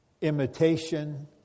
imitation